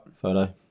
photo